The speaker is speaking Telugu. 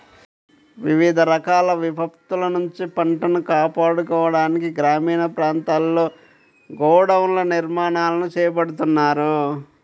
వివిధ రకాల విపత్తుల నుంచి పంటను కాపాడుకోవడానికి గ్రామీణ ప్రాంతాల్లో గోడౌన్ల నిర్మాణాలను చేపడుతున్నారు